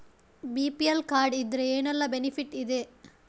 BPL card ಇದ್ರೆ ಏನೆಲ್ಲ benefit ಇದೆ?